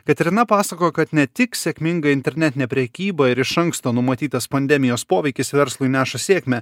katerina pasakoja kad ne tik sėkminga internetinė prekyba ir iš anksto numatytas pandemijos poveikis verslui neša sėkmę